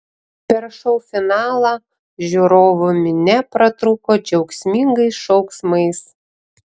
per šou finalą žiūrovų minia pratrūko džiaugsmingais šauksmais